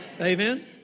Amen